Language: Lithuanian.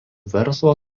verslo